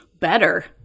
better